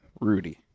Rudy